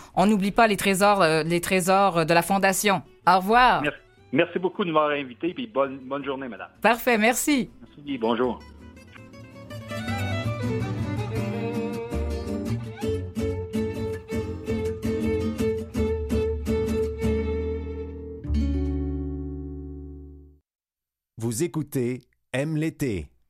On n'oublie pas les trésors, euh, les trésors de la Fondation. Au revoir. Merci- merci beaucoup de m'avoir invité, puis bonne- bonne journée, madame. Parfait, merci. Merci, bonjour. Vous écoutez Aime l'été.